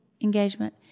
engagement